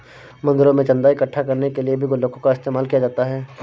मंदिरों में चन्दा इकट्ठा करने के लिए भी गुल्लकों का इस्तेमाल किया जाता है